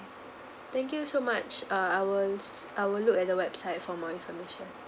thank you so much uh I was I will look at the website for more information